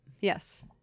Yes